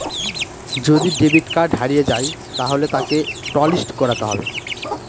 যদি debit card হারিয়ে যায় তাহলে তাকে টলিস্ট করাতে হবে